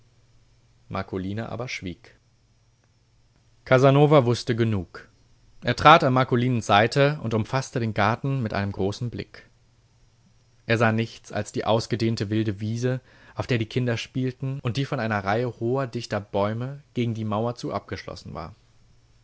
marcolina aber schwieg casanova wußte genug er trat an marcolinens seite und umfaßte den garten mit einem großen blick er sah nichts als die ausgedehnte wilde wiese auf der die kinder spielten und die von einer reihe hoher dichter bäume gegen die mauer zu abgeschlossen war